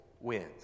wins